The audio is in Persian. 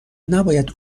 نباید